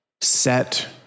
set